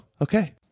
okay